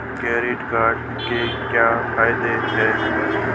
Credit card के क्या फायदे हैं?